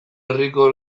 herriko